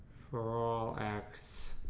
for all x,